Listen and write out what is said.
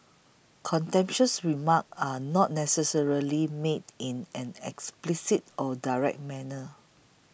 contemptuous remarks are not necessarily made in an explicit or direct manner